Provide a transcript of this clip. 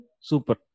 super